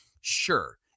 Sure